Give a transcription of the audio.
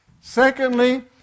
Secondly